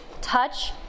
touch